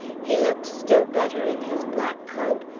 he looked still better in his black coat,